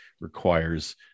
requires